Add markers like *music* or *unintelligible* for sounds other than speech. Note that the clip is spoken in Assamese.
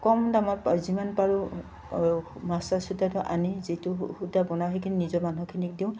কম দামত যিমান পাৰোঁ *unintelligible* সূতাটো আনি যিটো সূতা বনাই সেইখিনি নিজৰ মানুহখিনিক দিওঁ